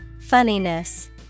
Funniness